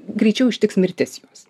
greičiau ištiks mirtis juos